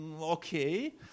okay